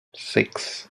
six